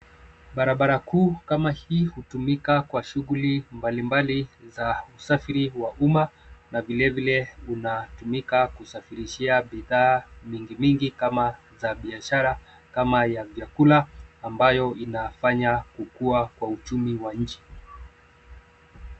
Barabara kuu kama hii hutumika kwa shughuli mbalimbali za usafiri wa umma na vilevile unatumika kusafirishia bidhaa mingi mingi kama za biashara kama ya vyakula ambayo inafanya kukua kwa uchumi wa nchi.